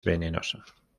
venenosa